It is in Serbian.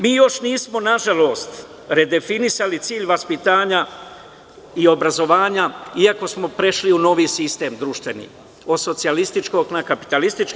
Mi još nismo nažalost redefinisali cilj vaspitanja i obrazovanja iako smo prešli u novi sistem društveni, od socijalističkog na kapitalistički.